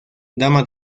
dama